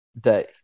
day